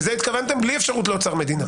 לזה התכוונתם בלי אפשרות לאוצר מדינה.